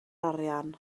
arian